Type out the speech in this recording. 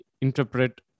interpret